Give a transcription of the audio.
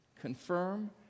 confirm